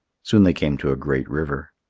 soon they came to a great river.